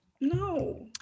no